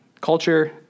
culture